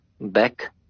back